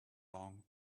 long